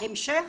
המשך,